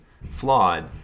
flawed